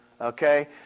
Okay